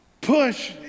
Push